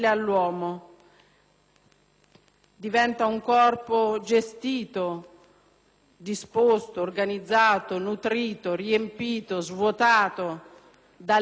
diventa un corpo gestito, disposto, organizzato, nutrito, riempito, svuotato dalle mani dello Stato?